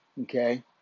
okay